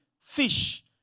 fish